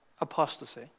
apostasy